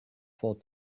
for